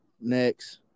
next